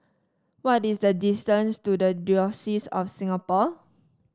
what is the distance to the Diocese of Singapore